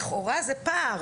לכאורה זה פער.